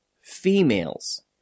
females